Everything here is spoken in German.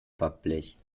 backblech